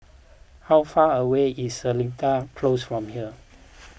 how far away is Seletar Close from here